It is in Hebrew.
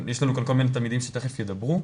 יש כאן תלמידים שתיכף ידברו,